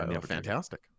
Fantastic